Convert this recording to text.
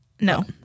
No